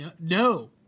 No